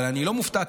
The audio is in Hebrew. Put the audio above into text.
אבל אני לא מופתע,